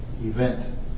event